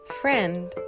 Friend